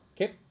Okay